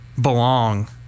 belong